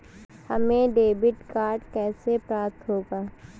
हमें debit card कैसे प्राप्त होगा?